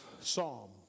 Psalm